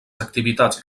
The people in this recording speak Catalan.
activitats